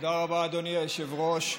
תודה רבה, אדוני היושב-ראש.